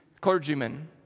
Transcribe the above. clergymen